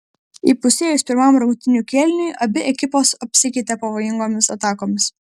įpusėjus pirmam rungtynių kėliniui abi ekipos apsikeitė pavojingomis atakomis